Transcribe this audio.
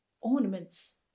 ornaments